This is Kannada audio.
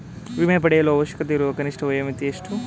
ವಿಮೆ ಪಡೆಯಲು ಅವಶ್ಯಕತೆಯಿರುವ ಕನಿಷ್ಠ ವಯೋಮಿತಿ ಎಷ್ಟು?